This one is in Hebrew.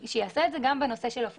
שיעשה את זה גם בנושא של הפוספטים.